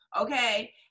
okay